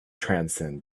transcend